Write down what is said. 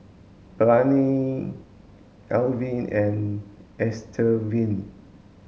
Blaine Alvy and Estevan